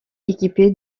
équipé